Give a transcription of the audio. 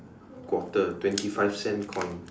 quarter twenty five cents coin